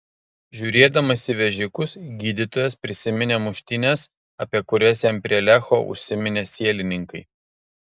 žiūrėdamas į vežikus gydytojas prisiminė muštynes apie kurias jam prie lecho užsiminė sielininkai